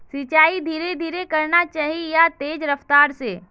सिंचाई धीरे धीरे करना चही या तेज रफ्तार से?